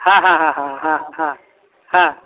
হ্যাঁ হ্যাঁ হ্যাঁ হ্যাঁ হ্যাঁ হ্যাঁ